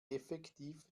effektiv